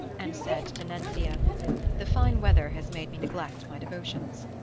and said to nencia the fine weather has made me neglect my devotions.